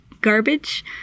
garbage